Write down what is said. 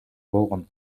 болгон